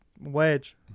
wedge